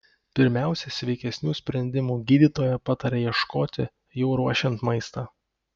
pirmiausia sveikesnių sprendimų gydytoja pataria ieškoti jau ruošiant maistą